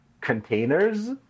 containers